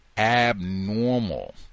Abnormal